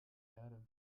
erde